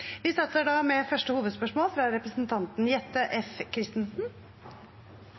med første hovedspørsmål, fra representanten Jette F. Christensen.